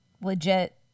legit